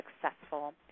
successful